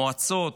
מועצות.